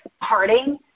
Parting